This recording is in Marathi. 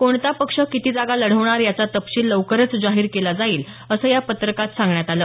कोणता पक्ष किती जागा लढवणार याचा तपशील लवकरच जाहीर केला जाईल असं या पत्रकात सांगण्यात आलं